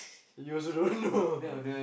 you also don't know